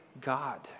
God